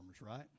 right